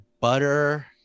butter